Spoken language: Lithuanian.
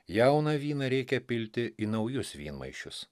jauną vyną reikia pilti į naujus vynmaišius